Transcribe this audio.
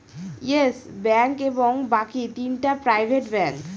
yes Bank এবং বাকি তিনটা প্রাইভেট ব্যাঙ্ক